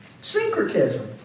Syncretism